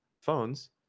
phones